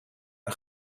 een